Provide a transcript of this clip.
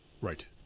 Right